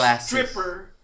stripper